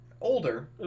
Older